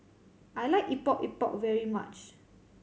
I like Epok Epok very much